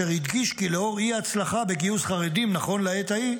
אשר הדגיש כי לנוכח האי-הצלחה בגיוס חרדים נכון לעת ההיא,